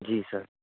जी sir